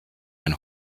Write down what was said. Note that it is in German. den